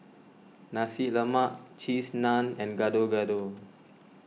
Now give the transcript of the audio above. Nasi Lemak Cheese Naan and Gado Gado